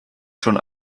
schon